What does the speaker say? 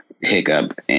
hiccup